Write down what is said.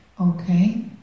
Okay